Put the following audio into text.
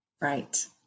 Right